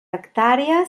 hectàrea